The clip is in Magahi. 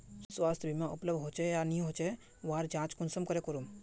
स्वास्थ्य बीमा उपलब्ध होचे या नी होचे वहार जाँच कुंसम करे करूम?